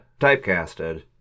Typecasted